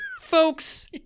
folks